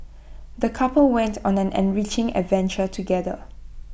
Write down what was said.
the couple went on an enriching adventure together